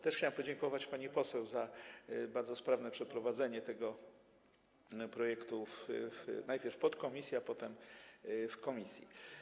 Też chciałem podziękować pani poseł za bardzo sprawne przeprowadzenie tego projektu najpierw w podkomisji, a potem w komisji.